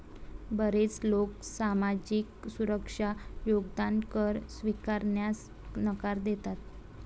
बरेच लोक सामाजिक सुरक्षा योगदान कर स्वीकारण्यास नकार देतात